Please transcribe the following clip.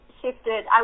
shifted